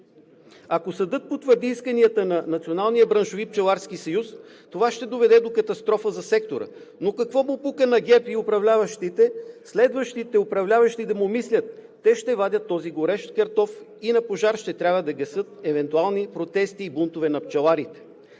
браншови пчеларски съюз, това ще доведе до катастрофа за сектора. Но какво му пука на ГЕРБ и управляващите? Следващите управляващи да му мислят – те ще вадят този горещ картоф и на пожар ще трябва да гасят евентуални протести и бунтове на пчеларите.